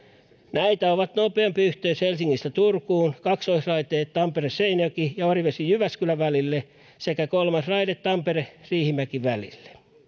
näitä ovat nopeampi yhteys helsingistä turkuun kaksoisraiteet tampere seinäjoki ja orivesi jyväskylä välille sekä kolmas raide tampere riihimäki välille